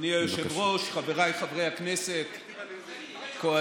אדוני היושב-ראש, חבריי חברי הכנסת, קואליציה,